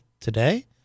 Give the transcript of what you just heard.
today